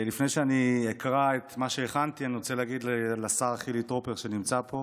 לפני שאני אקרא את מה שהכנתי אני רוצה להגיד לשר חילי טרופר שנמצא פה,